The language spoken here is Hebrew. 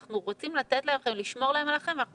אנחנו רוצים לשמור להם על החיים ואנחנו